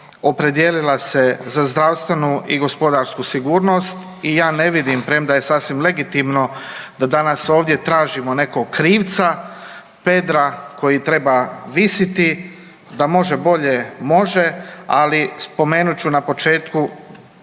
opredijelila se za zdravstvenu i gospodarsku sigurnost i ja ne vidim premda je sasvim legitimno da danas ovdje tražimo nekog krivca, pedra koji treba visiti, da može bolje može, ali spomenut ću na početku